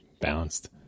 balanced